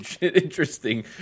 interesting